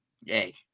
yay